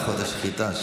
הלכות השחיטה,